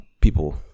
people